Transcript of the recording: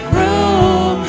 room